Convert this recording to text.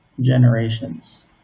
generations